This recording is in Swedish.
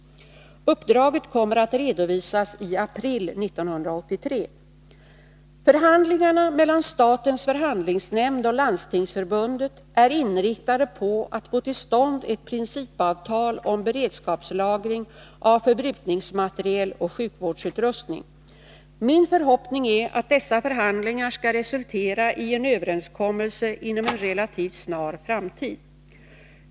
Uppdraget kommer att redovisas i april 1983. Förhandlingarna mellan statens förhandlingsnämnd och Landstingsförbundet är inriktade på att få till stånd ett principavtal om beredskapslagring av förbrukningsmateriel och sjukvårdsutrustning. Min förhoppning är att dessa förhandlingar skall resultera i en överenskommelse inom en relativt snar framtid.